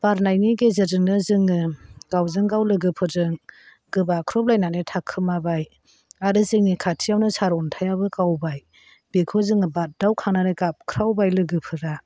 बारनायनि गेजेरजोंनो जोङो गावजों गाव लोगोफोरजों गोबाख्रबलायनानै थाखोमाबाय आरो जोंनि खाथियावनो सार अन्थायाबो गावबाय बेखौ जोङो बागदाव खांनानै गाबख्रावबाय लोगोफोरा